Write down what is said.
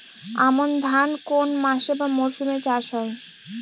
আমন ধান কোন মাসে বা মরশুমে চাষ হয়?